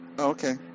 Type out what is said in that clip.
Okay